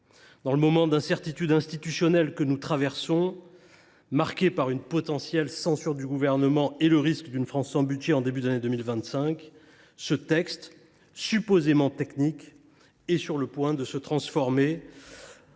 Dans le moment d’incertitude institutionnelle que nous vivons, marqué par une potentielle censure du Gouvernement et le risque d’une France sans budget au début de l’année 2025, ce texte, supposément technique, est sur le point de se transformer en